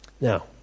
Now